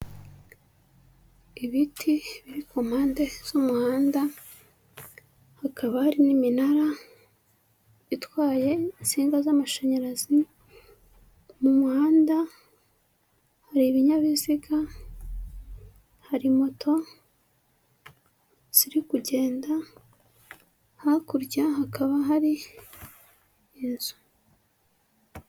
Ibiti biri ku mpande z'umuhanda, hakaba hari n'iminara itwaye insinga z'amashanyarazi, mu muhanda hari ibinyabiziga, hari moto ziri kugenda, hakurya hakaba hari inzu.